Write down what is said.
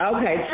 Okay